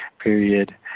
period